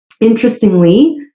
Interestingly